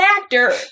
actor